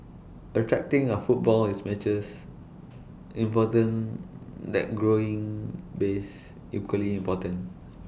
attracting A footfall is matches important that growing base equally important